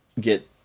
get